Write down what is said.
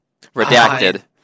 Redacted